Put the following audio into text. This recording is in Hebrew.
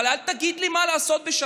אבל אל תגיד לי מה לעשות בשבת,